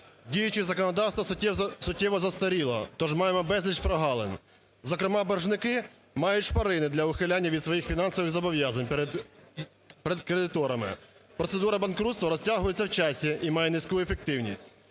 Діюче законодавство суттєво застаріло, тож маємо безліч прогалин. Зокрема, боржники мають шпарини для ухилення від своїх фінансових зобов'язань перед кредиторами. Процедура банкрутства розтягується в часі і має низьку ефективність.